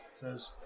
says